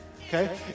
Okay